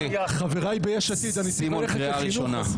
חבריי ביש עתיד, אני צריך ללכת לוועדת חינוך.